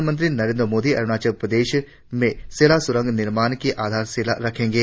प्रधानमंत्री मोदी अरुणाचल प्रदेश में सेला सुरंग निर्माण की आधारशिला रखेंगे